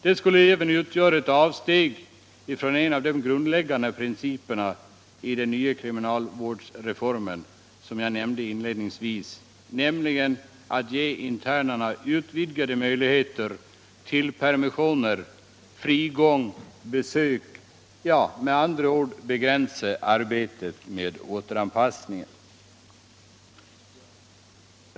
Den skulle även) utgöra ett avsteg från en av de grundläggande principerna i den nyal kriminalvårdsreformen, som jag nämnde inledningsvis, nämligen att gel internerna utvidgade möjligheter till permissioner, frigång och besök —/ med andra ord en begränsning i arbetet med återanpassning.